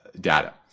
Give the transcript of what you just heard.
data